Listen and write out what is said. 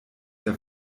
der